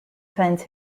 finds